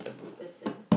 person